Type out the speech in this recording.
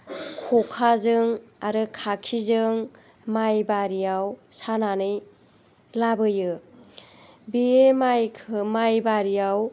ख'खाजों आरो खाखिजों माइ बारियाव सानानै लाबोयो बे माइ बारियाव